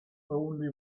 only